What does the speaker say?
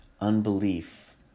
unbelief